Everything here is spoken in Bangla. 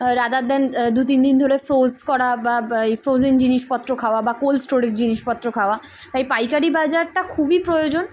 রাদার দেন দু তিন দিন ধরে ফ্রোজ করা বা এই ফ্রোজেন জিনিসপত্র খাওয়া বা কোল্ড স্টোরেজ জিনিসপত্র খাওয়া তাই পাইকারি বাজারটা খুবই প্রয়োজন